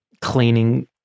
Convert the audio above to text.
cleaning